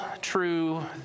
true